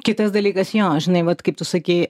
kitas dalykas jo žinai vat kaip tu sakei